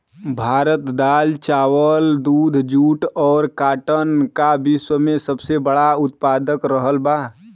भारत दाल चावल दूध जूट और काटन का विश्व में सबसे बड़ा उतपादक रहल बा